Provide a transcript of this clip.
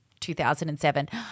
2007